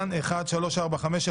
התשפ"א-2021 (פ/1345/24),